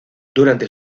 durante